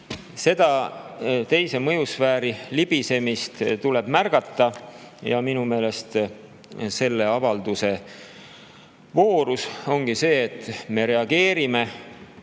Seda teise mõjusfääri libisemist tuleb märgata ja minu meelest selle avalduse voorus ongi see, et me reageerime